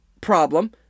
problem